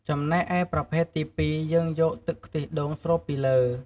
ចំណែកឯប្រភេទទីពីរ យើងយកទឹកខ្ទិះដូងស្រូបពីលើ។